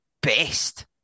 best